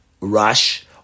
rush